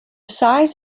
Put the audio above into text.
size